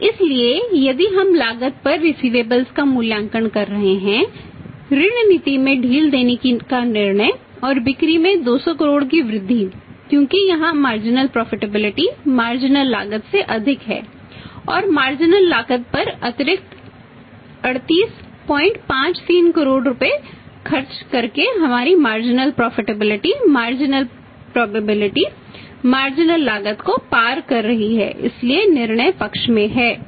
इसलिए यदि हम लागत पर रिसिवेबल्स लागत को पार करता है इसलिए निर्णय पक्ष में है